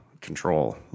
control